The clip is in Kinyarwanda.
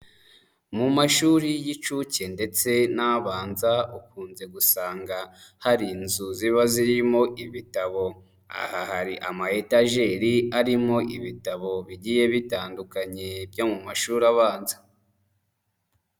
Mu mashuri y'incuke ndetse n'abanza ukunze gusanga hari inzu ziba zirimo ibitabo, aha hari ama etageri arimo ibitabo bigiye bitandukanye byo mu mashuri abanza